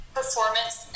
performance